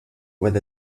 with